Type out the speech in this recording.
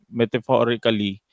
metaphorically